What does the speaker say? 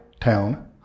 town